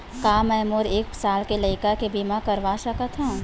का मै मोर एक साल के लइका के बीमा करवा सकत हव?